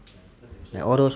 like all those